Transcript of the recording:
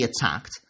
attacked